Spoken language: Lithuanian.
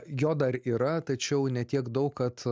jo dar yra tačiau ne tiek daug kad